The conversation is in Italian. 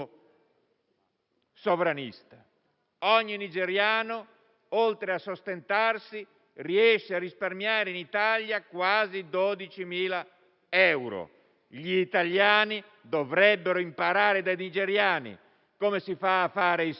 sovranista. Ogni nigeriano, oltre a sostentarsi, riesce a risparmiare in Italia quasi 12.000 euro: gli italiani dovrebbero imparare dai nigeriani come si fa a fare i soldi.